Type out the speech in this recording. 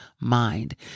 mind